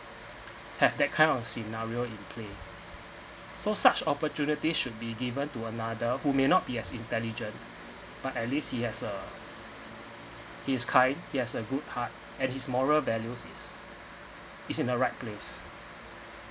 have that kind of scenario in play so such opportunity should be given to another who may not be as intelligent but at least he has uh he's kind he has a good heart and his moral values this is is in a right place